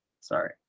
Sorry